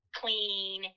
clean